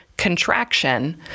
contraction